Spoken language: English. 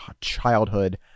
childhood